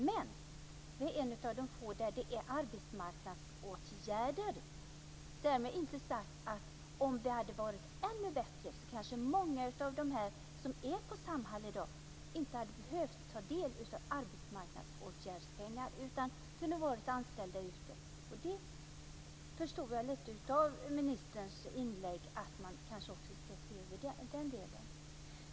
Men detta är ett av de få områden där det handlar om arbetsmarknadsåtgärder. Om det hade varit ännu bättre kanske många av dem som är på Samhall i dag inte hade behövt ta del av arbetsmarknadsåtgärdspengar utan kunnat vara anställda ute. Som jag förstod ministerns inlägg ska man kanske se över också den delen.